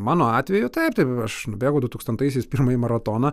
mano atveju taip tai aš nubėgau du tūkstantaisiais pirmąjį maratoną